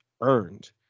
earned